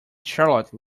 charlotte